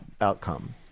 outcome